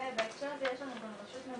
אם הוא ביצע שלוש נסיעות,